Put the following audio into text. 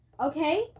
Okay